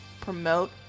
promote